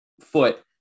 foot